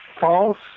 false